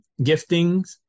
giftings